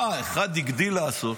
אה, אחד הגדיל לעשות,